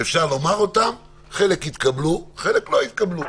אפשר לומר אותם, חלק יתקבלו, חלק לא יתקבלו.